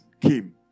came